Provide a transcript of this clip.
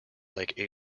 like